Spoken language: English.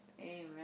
Amen